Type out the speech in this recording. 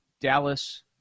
Dallas